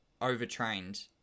overtrained